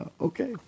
Okay